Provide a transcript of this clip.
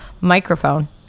microphone